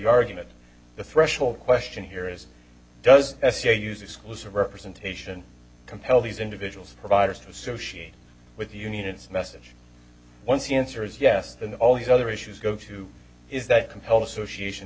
argument the threshold question here is does as you use exclusive representation compel these individuals providers to associate with the units message once the answer is yes then all these other issues go to is that compel association